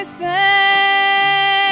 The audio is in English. say